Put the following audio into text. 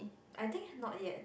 I think not yet